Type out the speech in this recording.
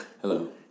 Hello